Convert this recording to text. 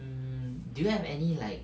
mm do you have any like